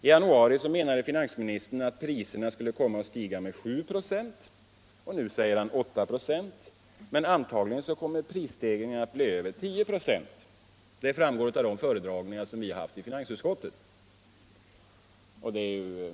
I januari menade finansministern att priserna skulle komma att stiga med 7 96. Nu säger han 8 96. Men antagligen kommer prisstegringarna att bli över 10 96 — det framgår av föredragningar som vi har haft i finansutskottet.